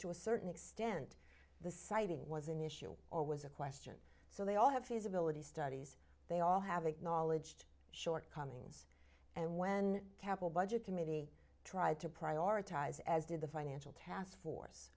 to a certain extent the sighting was an issue or was a question so they all have feasibility studies they all have acknowledged shortcomings and when capital budget committee tried to prioritize as did the financial task force